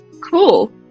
Cool